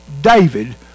David